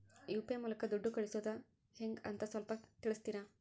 UPI ಮೂಲಕ ದುಡ್ಡು ಕಳಿಸೋದ ಹೆಂಗ್ ಅಂತ ಸ್ವಲ್ಪ ತಿಳಿಸ್ತೇರ?